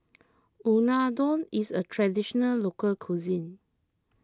Unadon is a Traditional Local Cuisine